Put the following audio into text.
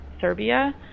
Serbia